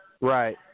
Right